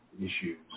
issues